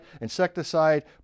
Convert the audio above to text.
insecticide